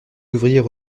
ouvriers